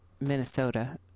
Minnesota